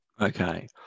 Okay